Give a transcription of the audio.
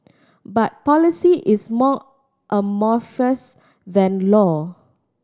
but policy is more amorphous than law